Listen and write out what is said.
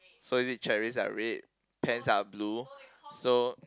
so is it cherries are red pens are blue so